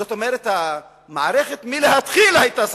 זאת אומרת, המערכת מלכתחילה היתה סלחנית.